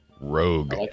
Rogue